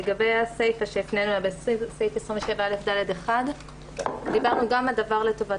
לגבי הסיפה בסעיף 27א(ד)(1) דיברנו גם על טובת